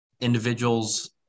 individuals